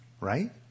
Right